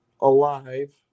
Alive